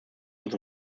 uns